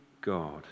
God